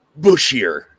bushier